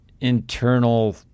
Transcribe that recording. internal